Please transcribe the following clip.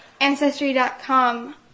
Ancestry.com